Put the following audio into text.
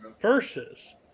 Versus